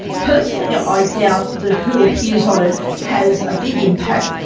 personally ah i doubt that who appears on it has a big impact,